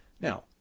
Now